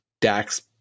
Dax